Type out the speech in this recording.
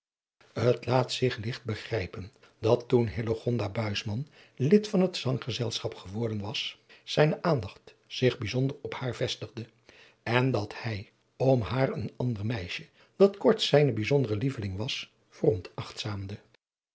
laat zich ligt begrijpen dat toen hillegonda buisman lid van het zanggezelschap geworden was zijne aandacht zich bijzonder op haar vestigde en dat hij om haar een ander meisje dat korts zijne bijzondere lieveling was veronachtzaamde